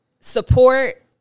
support